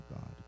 God